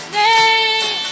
name